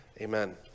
Amen